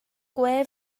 gwe